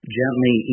gently